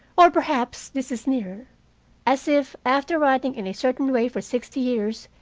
or perhaps this is nearer as if, after writing in a certain way for sixty years,